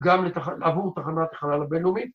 ‫גם עבור תחנה תחנה לבינלאומית.